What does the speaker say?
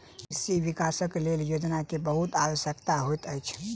कृषि विकासक लेल योजना के बहुत आवश्यकता होइत अछि